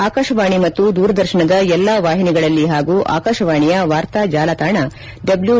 ಆಕಾಶವಾಣಿ ಮತ್ತು ದೂರದರ್ಶನದ ಎಲ್ಲಾ ವಾಹಿನಿಗಳಲ್ಲಿ ಹಾಗೂ ಆಕಾಶವಾಣಿಯ ವಾರ್ತಾ ಜಾಲತಾಣ ತಿತಿತಿ